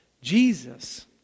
Jesus